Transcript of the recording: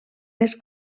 les